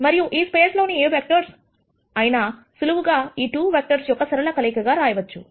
మరియు ఈ స్పేస్ లో ఏ వెక్టర్స్ ఏ అయినా సులువుగా ఈ 2 వెక్టర్స్ యొక్క సరళ కలయిక గా రాయవచ్చు